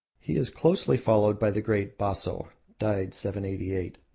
he is closely followed by the great baso died seven eighty eight